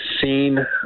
seen